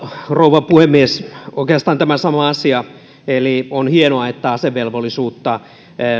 rouva puhemies oikeastaan tästä samasta asiasta eli on hienoa että asevelvollisuutta